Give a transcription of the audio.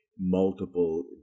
Multiple